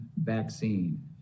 vaccine